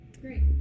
Great